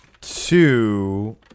two